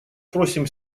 просим